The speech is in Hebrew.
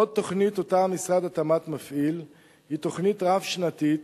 עוד תוכנית שמשרד התמ"ת מפעיל היא תוכנית רב-שנתית